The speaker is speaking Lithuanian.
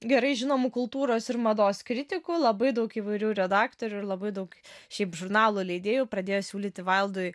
gerai žinomu kultūros ir mados kritiku labai daug įvairių redaktorių ir labai daug šiaip žurnalų leidėjų pradėjo siūlyti vaildui